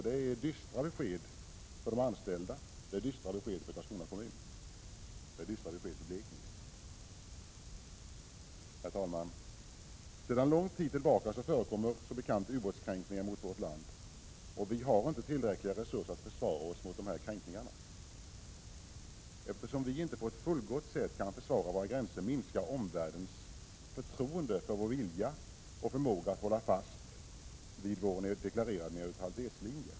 Det är ett dystert besked för de anställda vid Karlskronavarvet, för Karlskrona kommun och för Blekinge. Herr talman! Sedan lång tid tillbaka förekommer som bekant ubåtskränkningar mot vårt land. Vi har inte tillräckliga resurser för att försvara oss mot dessa kränkningar. Eftersom vi inte kan försvara våra gränser på ett fullgott — Prot. 1987/88:10 sätt minskar omvärldens förtroende för vår vilja och förmåga att hålla fast vid — 20 oktober 1987 vår deklarerade neutralitetslinje.